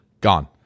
gone